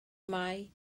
mae